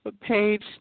page